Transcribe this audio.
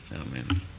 amen